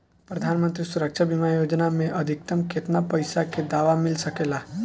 प्रधानमंत्री सुरक्षा बीमा योजना मे अधिक्तम केतना पइसा के दवा मिल सके ला?